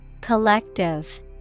Collective